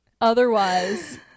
otherwise